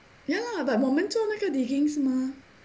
ya lah but 我们做那个 digging 是吗